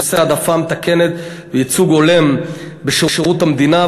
ההעדפה המתקנת וייצוג הולם בשירות המדינה,